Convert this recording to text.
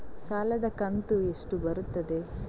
ಸಾಲದ ಕಂತು ಎಷ್ಟು ಬರುತ್ತದೆ?